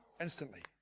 instantly